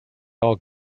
all